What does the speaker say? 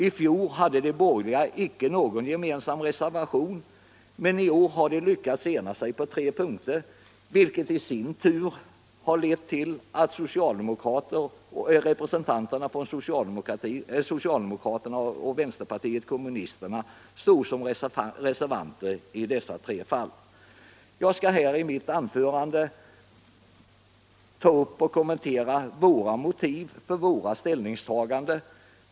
I fjol hade de borgerliga icke någon gemensam reservation, men i år har de lyckats ena sig på tre punkter, vilket i sin tur har lett till att representanterna för socialdemokraterna och vänsterpartiet kommunisterna står som reservanter i dessa tre fall. Jag skall 1 mitt anförande närmare kommentera motiven för vårt ställningstagande.